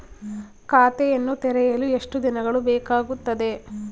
ಖಾತೆಯನ್ನು ತೆರೆಯಲು ಎಷ್ಟು ದಿನಗಳು ಬೇಕಾಗುತ್ತದೆ?